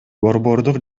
борбордук